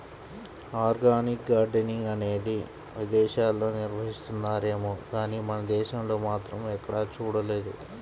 organic gardening అనేది విదేశాల్లో నిర్వహిస్తున్నారేమో గానీ మన దేశంలో మాత్రం ఎక్కడా చూడలేదు